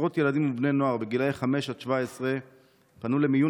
עשרות ילדים ובני נוער בגילי 5 17 פנו למיון